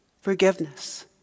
Forgiveness